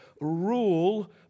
rule